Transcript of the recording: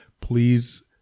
please